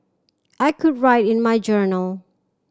I could write in my journal